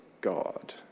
God